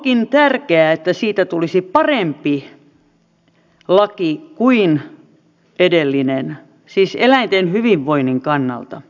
onkin tärkeää että siitä tulisi parempi laki kuin edellinen siis eläinten hyvinvoinnin kannalta